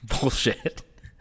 Bullshit